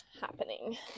happening